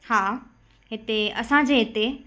हा हिते असांजे हिते